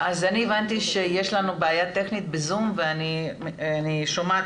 הבנתי שיש לנו בעיה טכנית בזום ואני שומעת